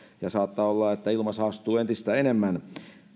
ja saattaa olla että ilma saastuu entistä enemmän